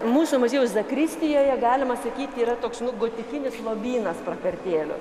mūsų muziejaus zakristijoje galima sakyti yra toks gotikinis lobynas prakartėlių